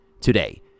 Today